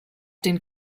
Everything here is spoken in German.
den